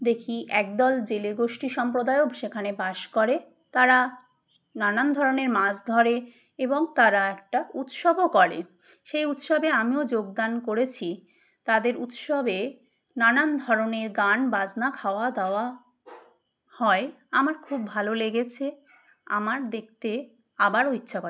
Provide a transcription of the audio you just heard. দেখি একদল জেলে গোষ্ঠী সম্প্রদায়ও সেখানে বাস করে তারা নানান ধরনের মাছ ধরে এবং তারা একটা উৎসবও করে সেই উৎসবে আমিও যোগদান করেছি তাদের উৎসবে নানান ধরনের গান বাজনা খাওয়া দাওয়া হয় আমার খুব ভালো লেগেছে আমার দেখতে আবারও ইচ্ছা করে